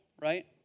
right